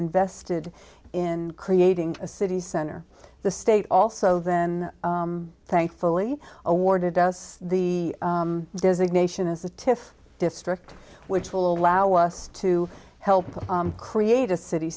invested in creating a city center the state also then thankfully awarded us the designation as a tiff district which will allow us to help create a city